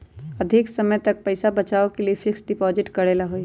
अधिक समय तक पईसा बचाव के लिए फिक्स डिपॉजिट करेला होयई?